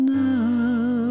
now